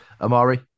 Amari